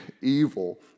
evil